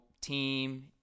team